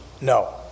No